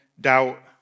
doubt